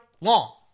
long